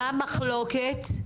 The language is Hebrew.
מה המחלוקת?